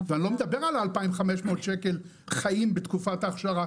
ואני לא מדבר על 2,500 השקלים שאיתם חיים בתקופת ההכשרה,